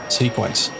sequence